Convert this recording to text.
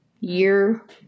Year